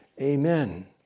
Amen